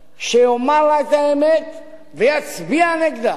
שיאמר לה את האמת ויצביע נגדה.